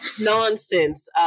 nonsense